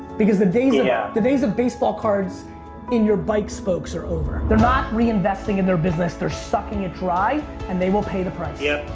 because the yeah the of baseball cards in your bike spokes are over. they're not reinvesting in their business. they're sucking it dry and they will play the price. yeah.